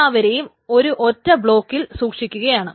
എല്ലാവരെയും ഒരു ഒറ്റ ബ്ളോക്കിൽ സൂക്ഷിക്കുകയാണ്